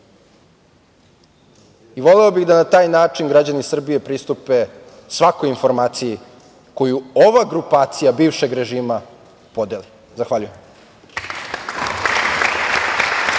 bih da na taj način građani Srbije pristupe svakoj informaciji koju ova grupacija bivšeg režima podeli. Zahvaljujem.